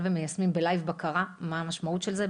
ומיישמים בלייב בקרה - מה המשמעות של זה?